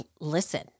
listen